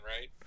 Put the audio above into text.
right